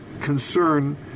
concern